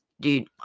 dude